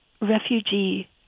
refugee